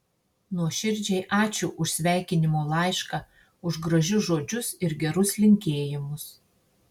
nuoširdžiai ačiū už sveikinimo laišką už gražius žodžius ir gerus linkėjimus